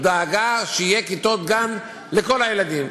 דאגה שיהיו כיתות גן לכל הילדים.